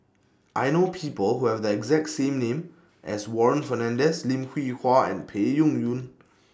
I know People Who Have The exact same name as Warren Fernandez Lim Hwee Hua and Peng Yuyun